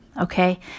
Okay